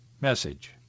message